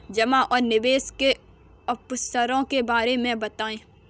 जमा और निवेश के अवसरों के बारे में बताएँ?